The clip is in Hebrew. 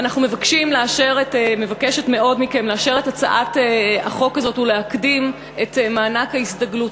אני מבקשת מאוד מכם לאשר את הצעת החוק הזאת ולהקדים את מענק ההסתגלות,